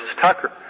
Tucker